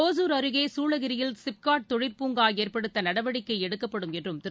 ஒசூர் அருகேஉள்ளசூளகிரியில் சிப்காட் தொழிற் பூங்காஏற்படுத்தநடவடிக்கைஎடுக்கப்படும் என்றும் திரு